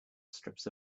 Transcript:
strips